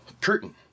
curtain